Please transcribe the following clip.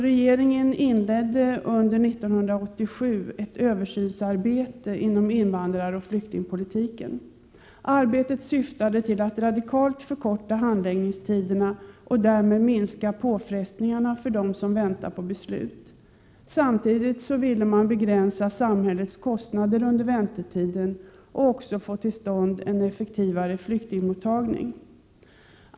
Regeringen inledde därför under 1987 ett översynsarbete inom invandraroch flyktingpolitiken. Arbetet syftade till att radikalt förkorta handläggningstiderna och därmed minska påfrestningarna för dem som väntar på beslut. Samtidigt vill man begränsa samhällets kostnader under väntetiden och också få till stånd en effektivare flyktingmottagning.